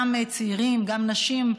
גם צעירים, גם נשים.